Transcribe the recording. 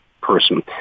person